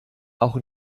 auch